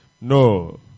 No